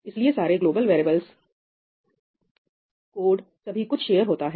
इसलिए सारे global variables code सभी कुछ शेयर होता है